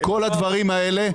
כל הדברים האלה,